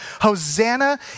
Hosanna